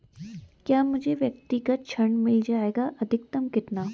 क्या मुझे व्यक्तिगत ऋण मिल जायेगा अधिकतम कितना?